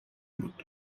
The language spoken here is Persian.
بود